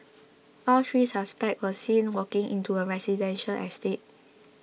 all three suspects were seen walking into a residential estate